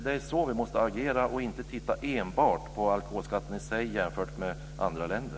Det är så vi måste agera och inte titta enbart på alkoholskatten i sig jämfört med den i andra länder.